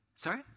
Sorry